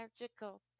magical